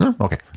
okay